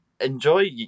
Enjoy